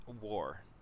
war